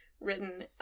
written